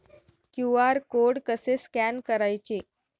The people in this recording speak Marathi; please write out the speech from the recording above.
क्यू.आर कोड कसे स्कॅन करायचे?